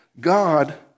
God